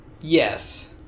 Yes